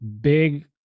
big